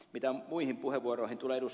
mitä muihin puheenvuoroihin tulee ed